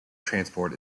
transport